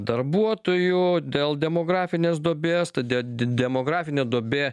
darbuotojų dėl demografinės duobės todėl demografinė duobė